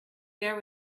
there